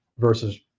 versus